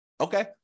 Okay